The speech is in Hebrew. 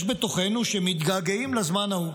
יש בתוכנו שמתגעגעים לזמן ההוא,